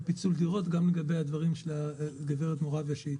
פיצול דירות וגם לדברים שאמרה גברת מורביה.